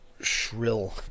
shrill